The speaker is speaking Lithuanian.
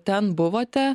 ten buvote